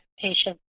patient